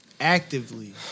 actively